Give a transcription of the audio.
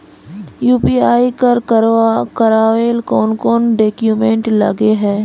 UPI कर करावेल कौन कौन डॉक्यूमेंट लगे है?